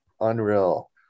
unreal